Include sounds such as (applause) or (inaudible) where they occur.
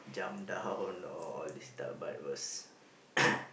jump down or all these stuff but was (noise)